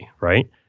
right